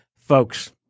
Folks